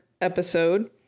episode